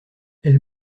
elle